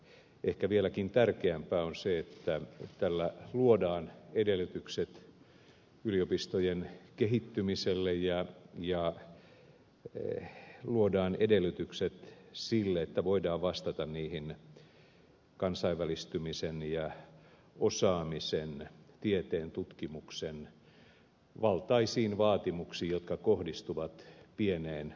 mutta ehkä vieläkin tärkeämpää on se että tällä luodaan edellytykset yliopistojen kehittymiselle ja luodaan edellytykset sille että voidaan vastata niihin kansainvälistymisen ja osaamisen tieteen tutkimuksen valtaisiin vaatimuksiin jotka kohdistuvat pieneen kansallisvaltioon